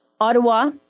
Ottawa